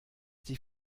die